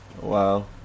Wow